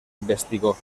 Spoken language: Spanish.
investigó